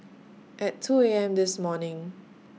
At two A M This morning